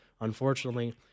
unfortunately